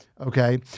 okay